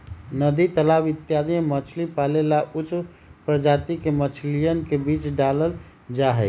नदी तालाब इत्यादि में मछली पाले ला उच्च प्रजाति के मछलियन के बीज डाल्ल जाहई